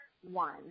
one